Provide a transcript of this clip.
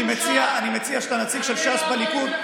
אני מציע שהנציג של ש"ס בליכוד,